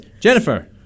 Jennifer